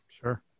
Sure